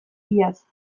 iaz